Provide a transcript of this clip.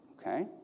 okay